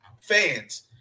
fans